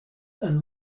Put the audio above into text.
and